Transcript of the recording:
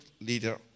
leader